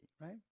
right